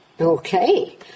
Okay